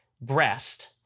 breast